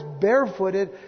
barefooted